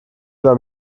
beim